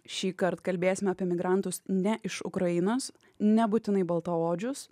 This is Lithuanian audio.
šįkart kalbėsim apie migrantus ne iš ukrainos nebūtinai baltaodžius